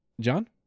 John